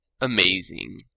amazing